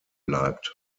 bleibt